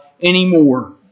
anymore